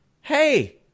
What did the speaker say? hey